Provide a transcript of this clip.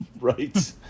Right